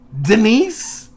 Denise